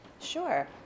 Sure